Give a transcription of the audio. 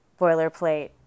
boilerplate